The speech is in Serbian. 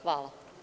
Hvala.